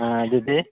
ହଁ ଦିଦି